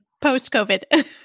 post-COVID